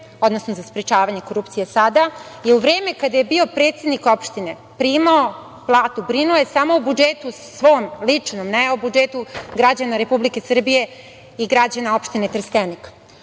odnosno za sprečavanje korupcije sada i u vreme kada je bio predsednik opštine primao je platu, brinuo je samo o svom ličnom budžetu, ne o budžetu građana Republike Srbije i građana opštine Trstenik,